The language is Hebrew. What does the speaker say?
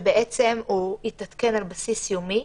שבעצם יתעדכן על בסיס יומי.